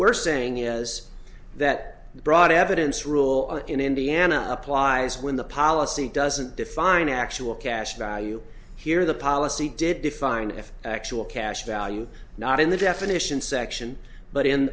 we're saying is that the broad evidence rule in indiana applies when the policy doesn't define actual cash value here the policy did define if actual cash value not in the definition section but in